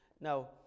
Now